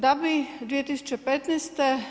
Da bi 2015.